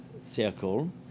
circle